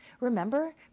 remember